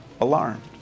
alarmed